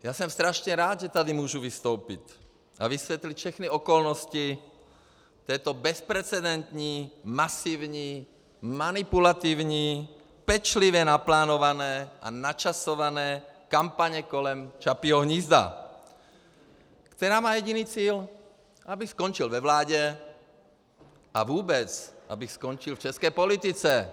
Já jsem strašně rád, že tady můžu vystoupit a vysvětlit všechny okolnosti této bezprecedentní masivní manipulativní pečlivě naplánované a načasované kampaně kolem Čapího hnízda, která má jediný cíl abych skončil ve vládě a vůbec abych skončil v české politice.